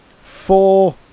four